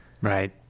Right